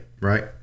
right